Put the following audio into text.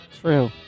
True